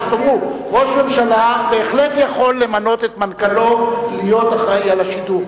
אז תאמרו: ראש ממשלה בהחלט יכול למנות את מנכ"לו להיות אחראי על השידור,